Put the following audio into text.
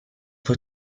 for